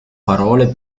parole